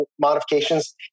modifications